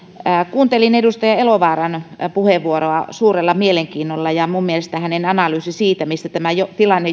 kuuntelin edustaja elovaaran puheenvuoroa suurella mielenkiinnolla ja minun mielestäni hänen analyysinsa siitä mistä tämä tilanne